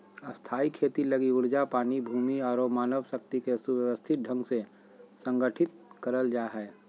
स्थायी खेती लगी ऊर्जा, पानी, भूमि आरो मानव शक्ति के सुव्यवस्थित ढंग से संगठित करल जा हय